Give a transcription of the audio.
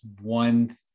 one